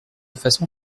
façon